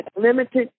limited